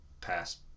past